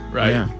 right